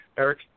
Eric